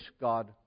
God